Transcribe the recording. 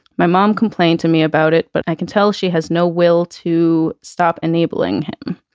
my mom complained to me about it, but i can tell she has no will to stop enabling him.